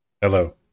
Hello